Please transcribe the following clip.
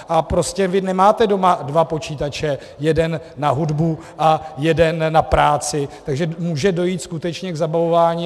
Vy doma prostě nemáte dva počítače, jeden na hudbu a jeden na práci, takže může dojít skutečně k zabavování.